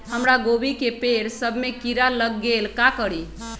हमरा गोभी के पेड़ सब में किरा लग गेल का करी?